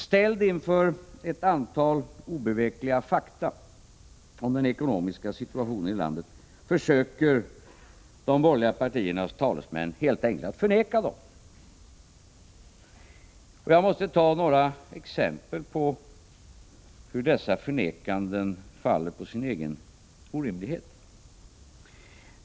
Ställda inför ett antal obevekliga fakta om den ekonomiska situationen i landet försöker de borgerliga partiernas talesmän helt enkelt förneka dem. Jag måste ta några exempel på hur dessa förnekanden faller på sin egen orimlighet.